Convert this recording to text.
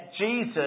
Jesus